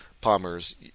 Palmer's